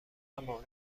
اما